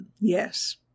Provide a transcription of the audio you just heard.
yes